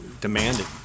demanded